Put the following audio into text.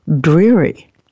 dreary